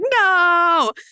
no